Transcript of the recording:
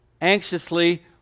anxiously